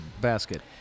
basket